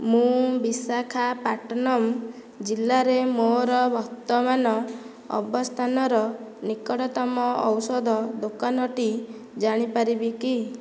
ମୁଁ ବିଶାଖାପାଟନମ୍ ଜିଲ୍ଲାରେ ମୋ'ର ବର୍ତ୍ତମାନ ଅବସ୍ଥାନର ନିକଟତମ ଔଷଧ ଦୋକାନଟି ଜାଣିପାରିବି କି